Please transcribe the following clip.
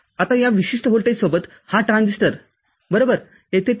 आता या विशिष्ट व्होल्टेजसोबतहा ट्रान्झिस्टर बरोबरयेथे ते 0